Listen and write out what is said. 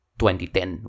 2010